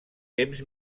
temps